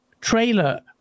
trailer